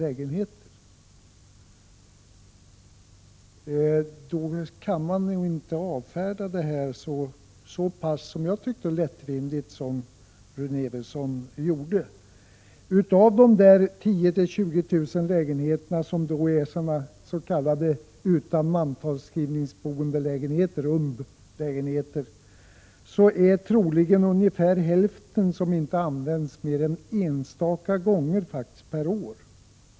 Man kan inte avfärda detta så lättvindigt som jag tyckte att Rune Evensson gjorde. Av dessa 10 000—20 000 lägenheter utan mantalsskriven boende, s.k. umb-lägenheter, används ungefär hälften troligen inte mer än enstaka gånger per år.